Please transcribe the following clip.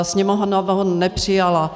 Sněmovna ho nepřijala.